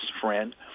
friend